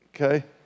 okay